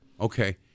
Okay